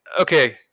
okay